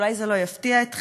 אולי זה לא יפתיע אתכם,